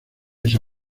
esa